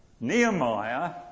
Nehemiah